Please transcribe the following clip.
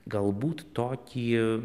galbūt tokį